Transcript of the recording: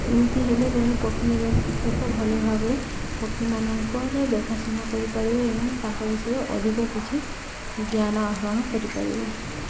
ଏମିତି ହେଲେ ଜଣେ ପକ୍ଷୀ ନିରକ୍ଷକ ଭଲ ଭାବରେ ପକ୍ଷୀମାନଙ୍କରେ ଦେଖାଶୁଣା କରିପାରିବେ ଏବଂ ତାଙ୍କ ବିଷୟରେ ଅଧିକ କିଛି ଜ୍ଞାନ ଆହରଣ କରିପାରିବେ